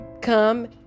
come